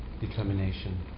determination